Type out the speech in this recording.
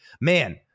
man